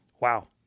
wow